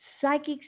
Psychics